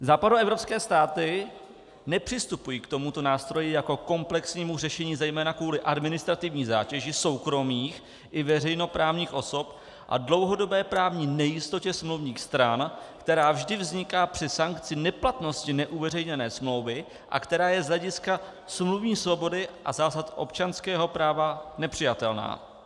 Západoevropské státy nepřistupují k tomuto nástroji jako ke komplexnímu řešení, zejména kvůli administrativní zátěži soukromých i veřejnoprávních osob a dlouhodobé právní nejistotě smluvních stran, která vždy vzniká při sankci neplatnosti neuveřejněné smlouvy a která je z hlediska smluvní svobody a zásad občanského práva nepřijatelná.